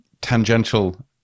tangential